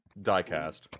diecast